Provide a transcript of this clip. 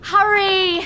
Hurry